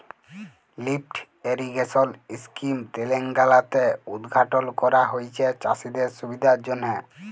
lift irrigation scheme তেলেঙ্গালাতে উদঘাটল ক্যরা হঁয়েছে চাষীদের সুবিধার জ্যনহে